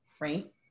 Right